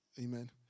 Amen